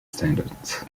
standards